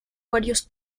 varios